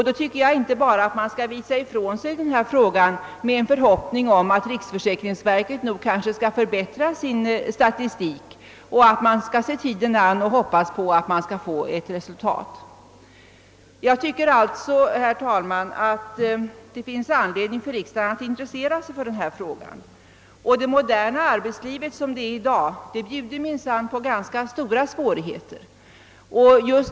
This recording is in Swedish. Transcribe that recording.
Då bör riksdagen inte bara visa ifrån sig denna fråga med en förhoppning om att riks försäkringsverket kanske kan förbättra sin statistik. Riksdagen får inte bara se tiden an och hoppas på ett bättre resultat. Jag tycker alltså, herr talman, att det finns anledning för riksdagen att intressera sig för denna fråga. Det moderna arbetslivet av i dag bjuder minsann på ganska stora svårigheter.